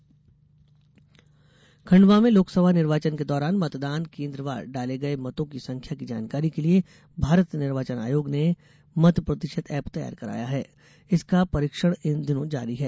मत प्रतिशत एप खण्डवा में लोकसभा निर्वाचन के दौरान मतदान केन्द्रवार डाले गए मतों की संख्या की जानकारी के लिए भारत निर्वाचन आयोग ने मत प्रतिशत एप तैयार कराया है इसका परीक्षण इन दिनों जारी है